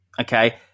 Okay